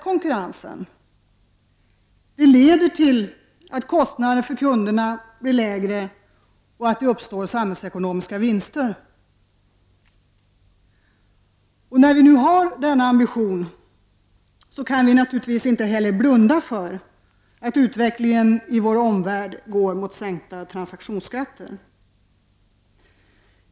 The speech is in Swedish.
Detta leder till att kostnaderna för kunderna blir lägre och att samhällsekonomiska vinster uppstår. När vi nu har denna ambition kan vi naturligtvis inte heller blunda för att utvecklingen i vår omvärld går i en riktning som innebär en sänkning av transaktionsskatterna.